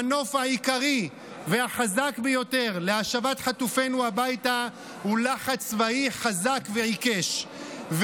המנוף העיקרי והחזק ביותר להשבת חטופינו הביתה הוא לחץ צבאי חזק ועיקש,